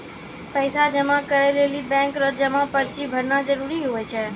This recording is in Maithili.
पैसा जमा करै लेली बैंक रो जमा पर्ची भरना जरूरी हुवै छै